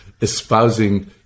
espousing